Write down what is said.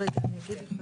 הסבירה אין לי להוסיף.